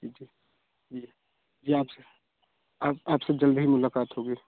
जी जी जी आपसे आप आपसे जल्द ही मुलाकात होगी